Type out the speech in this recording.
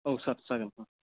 औ सार जागोन ओह